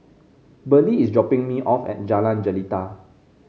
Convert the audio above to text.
Burley is dropping me off at Jalan Jelita